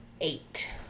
eight